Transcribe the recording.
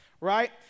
right